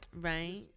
right